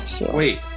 Wait